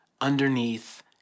underneath